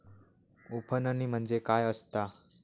उफणणी म्हणजे काय असतां?